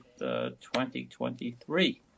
2023